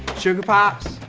sugar pops,